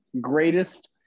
greatest